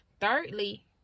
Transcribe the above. thirdly